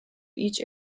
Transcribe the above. each